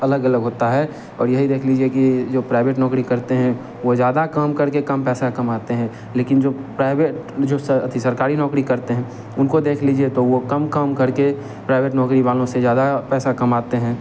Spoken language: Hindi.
अलग अलग होता है और यही देख लीजिए कि जो प्राइवेट नौकरी करते हैं वह ज़्यादा काम कर के कम पैसा कमाते हैं लेकिन जो प्राइवेट सरकारी नौकरी करते है उनको देख लीजिए तो वह कम काम कर के प्राइवेट नौकरी वालों से ज़्यादा पैसा कमाते हैं